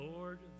Lord